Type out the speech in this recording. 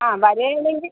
ആ വരികയാണെങ്കിൽ